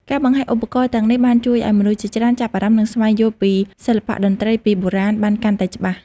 ការបង្ហាញឧបករណ៍ទាំងនេះបានជួយឲ្យមនុស្សជាច្រើនចាប់អារម្មណ៍និងស្វែងយល់ពីសិល្បៈតន្ត្រីពីបុរាណបានកាន់តែច្បាស់។